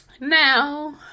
now